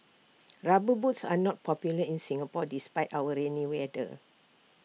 rubber boots are not popular in Singapore despite our rainy weather